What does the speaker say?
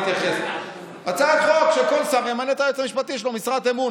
להוציא את התנועה הרפורמית מחוץ לחוק,